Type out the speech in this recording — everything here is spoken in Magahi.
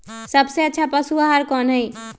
सबसे अच्छा पशु आहार कोन हई?